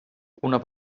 una